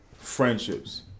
Friendships